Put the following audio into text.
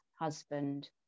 husband